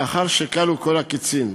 לאחר שכלו כל הקצין,